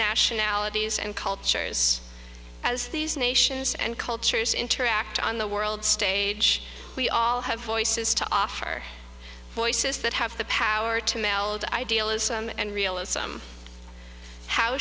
nationalities and cultures as these nations and cultures interact on the world stage we all have voices to offer our voices that have the power to meld idealism and realists how